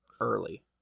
early